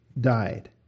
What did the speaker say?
died